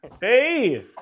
hey